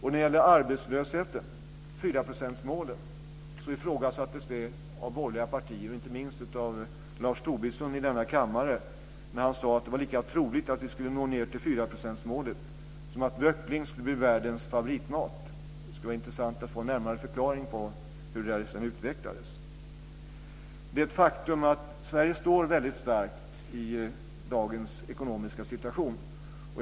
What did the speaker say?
När det gäller arbetslösheten ifrågasattes 4 procentsmålet av borgerliga partier, inte minst av Lars Tobisson i denna kammare när han sade att det var lika troligt att vi skulle nå ned till 4-procentsmålet som att böckling skulle bli världens favoritmat. Det skulle vara intressant att få en närmare förklaring på hur det där sedan utvecklades. Det är ett faktum att Sverige står väldigt starkt i dagens ekonomiska situation.